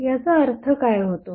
याचा अर्थ काय होतो